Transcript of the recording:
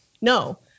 no